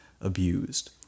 abused